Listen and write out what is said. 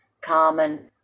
common